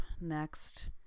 next